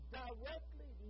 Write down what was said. directly